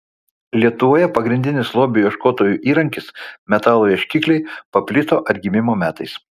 lietuvoje pagrindinis lobių ieškotojų įrankis metalo ieškikliai paplito atgimimo metais